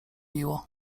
biło